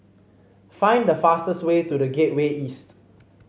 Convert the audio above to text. find the fastest way to The Gateway East